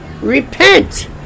repent